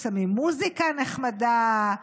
שמים מוזיקה נחמדה,